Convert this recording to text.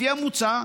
לפי המוצע,